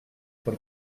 per